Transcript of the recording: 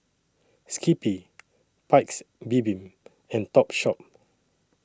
Skippy Paik's Bibim and Topshop